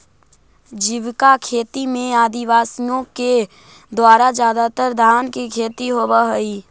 जीविका खेती में आदिवासियों के द्वारा ज्यादातर धान की खेती होव हई